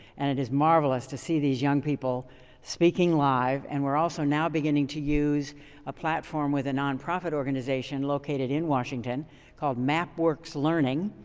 and it is marvelous to see these young people speaking live. and we're also now beginning to use a platform with a nonprofit organization located in washington called mapworks learning.